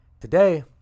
Today